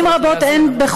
פעמים רבות אין,